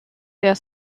der